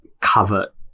Cover